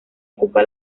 ocupa